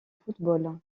football